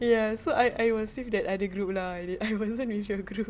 yes so I I will switch that other group lah I wasn't with your group